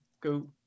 Go